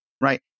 right